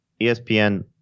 ESPN